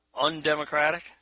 undemocratic